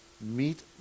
meet